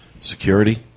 Security